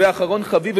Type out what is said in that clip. ואחרון חביב,